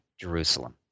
Jerusalem